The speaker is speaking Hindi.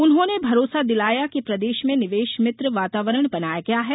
उन्होंने भरोसा दिलाया कि प्रदेश में निवेश मित्र वातावरण बनाया गया है